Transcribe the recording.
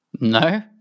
No